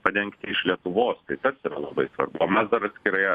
padengti iš lietuvos tai tas ir labai svarbu o mes dar atskirai